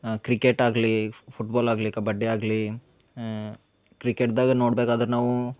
cricket ಆಗಲಿ football ಆಗಲಿ ಕಬಡ್ಡಿ ಆಗಲಿ ಕ್ರಿಕೇಟ್ದಾಗ ನೋಡ್ಬೇಕಾದ್ರೆ ನಾವು